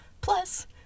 plus